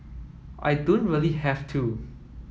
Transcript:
I don't really have to